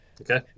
Okay